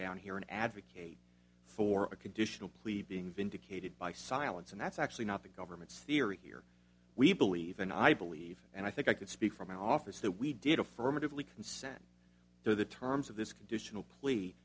down here an advocate for a conditional plea being vindicated by silence and that's actually not the government's theory here we believe and i believe and i think i could speak from my office that we did affirmatively consent to the terms of this conditional plea